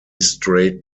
strait